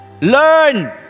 Learn